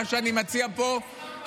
מה שאני מציע פה,